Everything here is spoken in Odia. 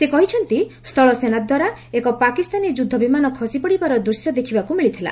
ସେ କହିଛନ୍ତି ସ୍ଥଳସେନାଦ୍ୱାରା ଏକ ପାକିସ୍ତାନୀ ଯୁଦ୍ଧ ବିମାନ ଖସିପଡ଼ିବାର ଦୂର୍ଶ୍ୟ ଦେଖିବାକୁ ମିଳିଥିଲା